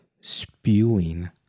spewing